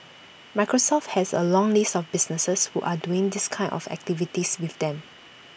Microsoft has A long list of businesses who are doing these kind of activities with them